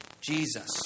Jesus